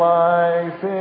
life